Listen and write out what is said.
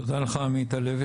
תודה לך עמית הלוי,